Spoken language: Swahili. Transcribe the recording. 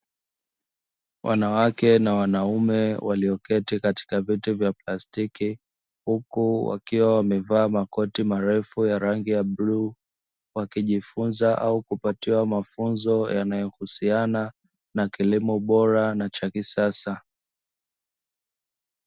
Wanawake na wanaume walioketi katika viti vya plastiki huku wakiwa wamevaa makoti marefu ya rangi ya bluu, wakijifunza au kupata mafunzo yanayohusiana na kilimo bora na cha kisasa.